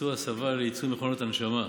עשו הסבה לייצור מכונות הנשמה,